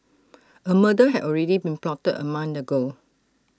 A murder had already been plotted A month ago